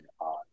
on